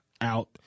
out